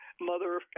mother